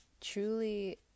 truly